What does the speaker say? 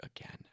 again